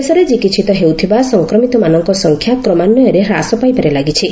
ଦେଶରେ ଚିକିିିତ ହେଉଥିବା ସଂକ୍ରମିତମାନଙ୍କ ସଂଖ୍ୟା କ୍ମାନ୍ନୟରେ ହାସ ପାଇବାରେ ଲାଗିଛି